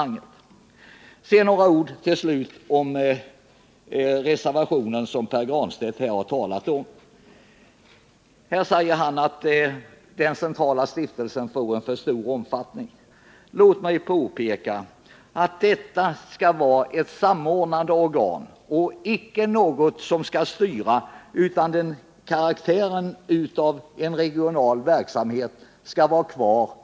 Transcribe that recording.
Så till slut några ord med anledning av den reservation som Pär Granstedt har talat för. Pär Granstedt säger att den centrala stiftelsen får en alltför stor omfattning. Men låt mig då påpeka att denna stiftelse skall fungera som ett samordnande, icke ett styrande, organ. Den karaktär som den regionala verksamheten hittills haft skall bibehållas.